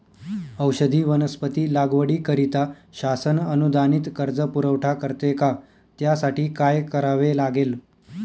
औषधी वनस्पती लागवडीकरिता शासन अनुदानित कर्ज पुरवठा करते का? त्यासाठी काय करावे लागेल?